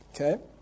Okay